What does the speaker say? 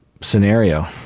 scenario